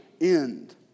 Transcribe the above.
end